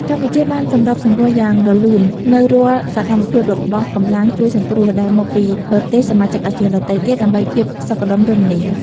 កម្ពុជាបានសម្របសម្រួលយ៉ាងរលូននូវរាល់សកម្មភាពរបស់កម្លាំងជួយសង្គ្រោះ ដែលមកពីប្រទេសសមាជិកអាស៊ានដទៃទៀត ដើម្បីភាពសុខដុមរមនា។